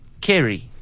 Kerry